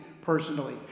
Personally